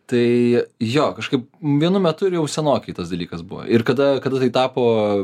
tai jo kažkaip vienu metu jau senokai tas dalykas buvo ir kada kada tai tapo